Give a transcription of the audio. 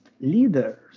leaders